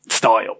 style